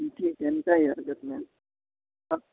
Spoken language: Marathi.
तुमची हरकत नाही